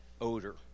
odor